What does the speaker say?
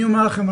אני אומר לכם,